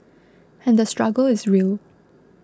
and the struggle is real